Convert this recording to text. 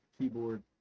keyboard